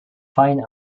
fine